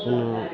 कोनो